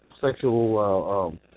sexual